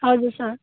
हजुर सर